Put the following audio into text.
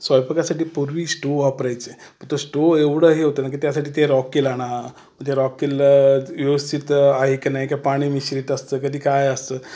स्वयंपाकासाठी पूर्वी स्टो वापरायचे तो स्टो एवढा हे होता न की त्यासाठी ते रॉकेल आणा ते रॉकेल व्यवस्थित आहे का नाही का पाणी मिश्रीत असतं कधी काय असतं